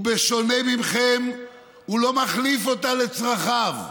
ובשונה מכם, הוא לא מחליף אותה לצרכיו.